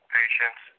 patients